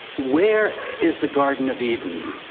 where is the garden of eden?